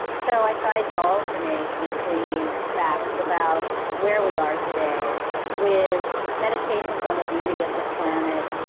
so i tried to alternate between facts about where we are today with meditations on the beauty of the planet.